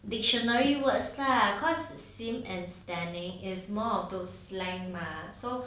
dictionary words lah cause simp and stanning is more of those slang mah so